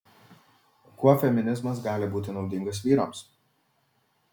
kuo feminizmas gali būti naudingas vyrams